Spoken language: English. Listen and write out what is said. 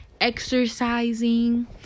exercising